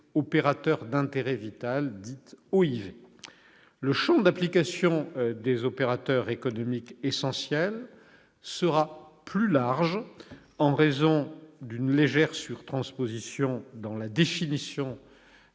d'intérêt vital, ou OIV. Le champ d'application des opérateurs économiques essentiels sera plus large, en raison d'une légère surtransposition dans la définition,